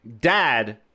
dad